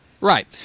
Right